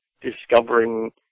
discovering